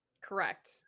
correct